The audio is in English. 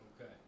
Okay